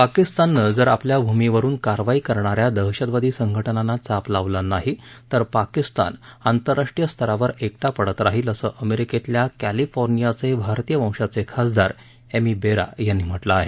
पाकिस्ताननं जर आपल्या भूमीवरून कारवाई करणाऱ्या दहशतवादी संघटनांना चाप लावला नाही तर पाकिस्तान आंतराष्ट्रीय स्तरावर एकटा पडत राहील असं अमेरिकेतल्या कॅलिफोर्नियाचे भारतीय वंशाचे खासदार एमी बेरा यांनी म्हटलं आहे